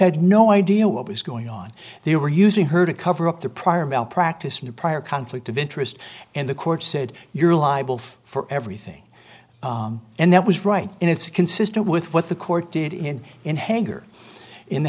had no idea what was going on they were using her to cover up their prior malpractise no prior conflict of interest and the court said you're liable for everything and that was right and it's consistent with what the court did in in hager in the